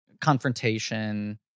confrontation